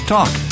Talk